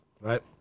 Right